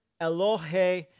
Elohe